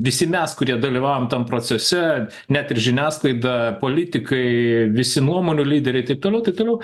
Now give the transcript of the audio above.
visi mes kurie dalyvaujam tam procese net ir žiniasklaida politikai visi nuomonių lyderiai taip toliau taip toliau